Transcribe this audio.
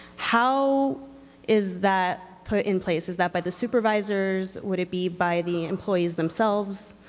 how is that put in place? is that by the supervisors? would it be by the employees themselves?